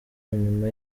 nyuma